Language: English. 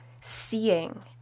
seeing